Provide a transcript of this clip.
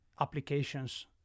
applications